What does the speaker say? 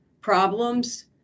problems